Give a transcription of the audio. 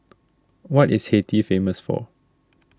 what is Haiti famous for